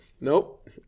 Nope